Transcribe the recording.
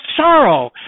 sorrow